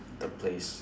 the place